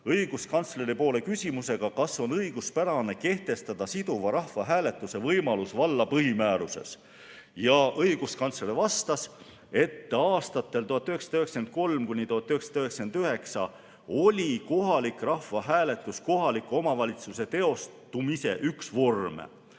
õiguskantsleri poole küsimusega, kas on õiguspärane kehtestada siduva rahvahääletuse võimalus valla põhimääruses. Õiguskantsler vastas, et aastatel 1993–1999 oli kohalik rahvahääletus kohaliku omavalitsuse teostumise üks vorme.